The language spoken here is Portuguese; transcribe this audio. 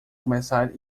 começar